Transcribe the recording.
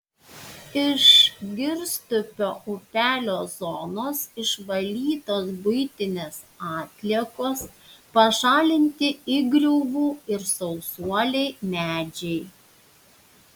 iš girstupio upelio zonos išvalytos buitinės atliekos pašalinti įgriuvų ir sausuoliai medžiai